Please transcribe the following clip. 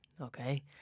Okay